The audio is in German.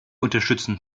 unterstützen